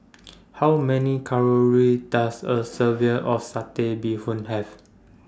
How Many Calories Does A of Satay Bee Hoon Have